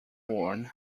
born